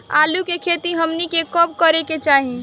आलू की खेती हमनी के कब करें के चाही?